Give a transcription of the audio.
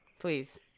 Please